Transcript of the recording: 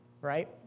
right